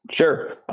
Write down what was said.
Sure